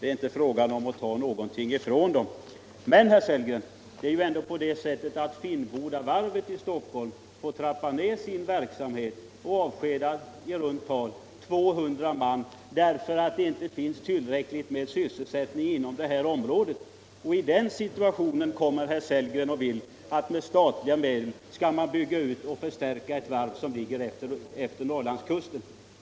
Det är alltså inte fråga om att ta någonting därifrån. Men, herr Sellgren, det är ju ändå på det sättet att Finnbodavarvet i Stockholm måste trappa ner sin verksamhet och avskeda i runt tal 200 man på grund av att det inte finns tillräckligt med sysselsättning. I den situationen vill herr Sellgren att man med statliga medel skall bygga ut och förstärka ett varv vid Norrlandskusten.